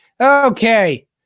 Okay